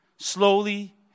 slowly